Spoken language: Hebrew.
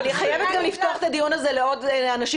אני חייבת גם לפתוח את הדיון הזה לעוד אנשים